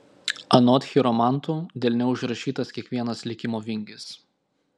anot chiromantų delne užrašytas kiekvienas likimo vingis